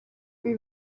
wie